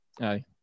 Aye